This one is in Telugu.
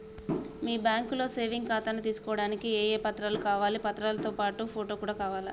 మీ బ్యాంకులో సేవింగ్ ఖాతాను తీసుకోవడానికి ఏ ఏ పత్రాలు కావాలి పత్రాలతో పాటు ఫోటో కూడా కావాలా?